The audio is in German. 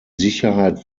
sicherheit